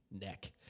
neck